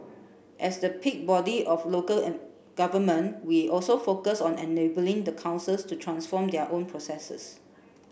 as the peak body of local government we also focused on enabling the councils to transform their own processes